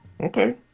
Okay